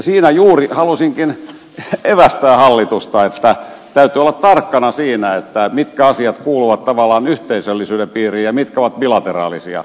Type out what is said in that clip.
siinä juuri halusinkin evästää hallitusta että täytyy olla tarkkana siinä mitkä asiat kuuluvat tavallaan yhteisöllisyyden piiriin ja mitkä ovat bilateraalisia